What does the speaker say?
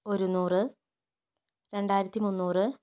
ഒരുനൂറ് രണ്ടായിരത്തി മുന്നൂറ്